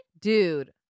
Dude